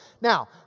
now